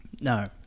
No